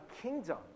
kingdom